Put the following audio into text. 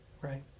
Right